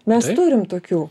mes turim tokių